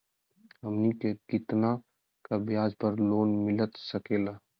हमनी के कितना का ब्याज पर लोन मिलता सकेला?